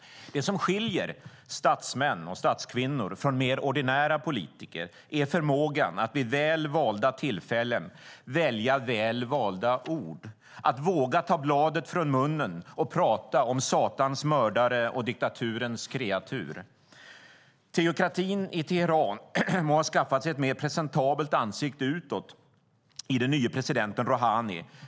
Det som skiljer statsmän och statskvinnor från mer ordinära politiker är förmågan att vid väl valda tillfällen välja väl valda ord - att våga ta bladet från munnen och tala om satans mördare och diktaturens kreatur. Teokratin i Teheran må ha skaffat sig ett mer presentabelt ansikte utåt i den nye presidenten Rohani.